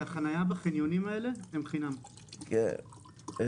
החניה בחניונים האלה היא בחינם, לכולם.